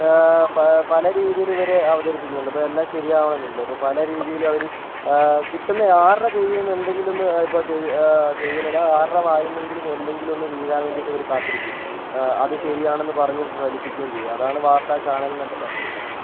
പല പലരീതിയിൽ ഇവർ അവതരിപ്പിക്കുന്നുണ്ട് ഇപ്പോൾ എല്ലാം ശരിയാകണമെന്നില്ല പലരീതിയിൽ അവർ കിട്ടുന്ന ആരുടെ ചെവിയിൽ നിന്ന് എന്തെങ്കിലും ഒന്ന് ഇപ്പോൾ ചെവി ചെവിയിലല്ല ആരുടെ വായിൽ നിന്നെങ്കിലും എന്തെങ്കിലും ഒന്ന് വീഴാൻ വേണ്ടിയിട്ട് ഇവർ കാത്തിരിക്കും അത് ശരിയാണെന്ന് പറഞ്ഞു ഫലിപ്പിക്കുകയും ചെയ്യും അതാണ് വാർത്ത ചാനലെന്നൊക്കെ പറഞ്ഞ് കഴിഞ്ഞാൽ